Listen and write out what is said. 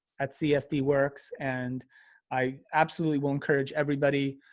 at csd works and i absolutely will encourage everybody,